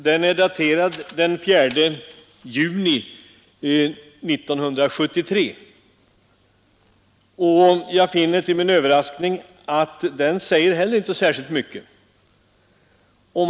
Den är daterad den 4 juni 1973, men jag finner till min överraskning att den inte heller ger någon vägledning.